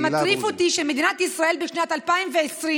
זה מטריף אותי שמדינת ישראל בשנת 2020,